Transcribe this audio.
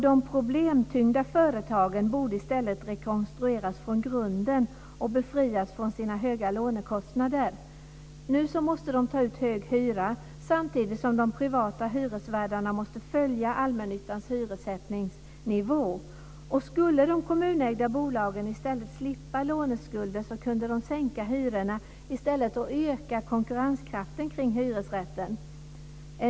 De problemtyngda företagen borde i stället rekonstrueras från grunden och befrias från sina höga lånekostnader. Nu måste de ta ut hög hyra samtidigt som de privata hyresvärdarna måste följa allmännyttans hyressättningsnivå. Skulle de kommunägda bolagen i stället slippa låneskulder, kunde de sänka hyrorna och öka konkurrenskraften kring hyresrätten.